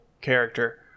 character